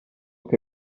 che